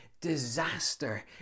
disaster